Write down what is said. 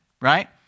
right